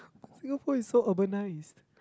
Singapore is so urbanized